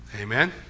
Amen